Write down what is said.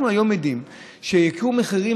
אנחנו היום עדים לייקור מחירים,